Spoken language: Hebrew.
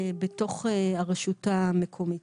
גם בתוך הרשות המקומית.